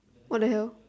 what the hell